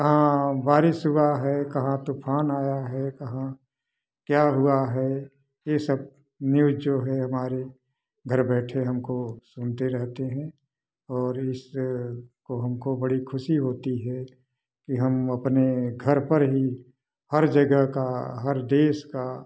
कहाँ बारिश हुआ है कहाँ तूफान आया है कहाँ क्या हुआ है ये सब न्यूज जो है हमारे घर बैठे हमको सुनते रहते हैं और इस को हमको बड़ी खुशी होती है कि हम अपने घर पर ही हर जगह का हर देश का